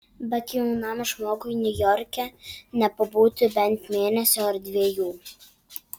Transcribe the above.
bet jaunam žmogui niujorke nepabūti bent mėnesio ar dviejų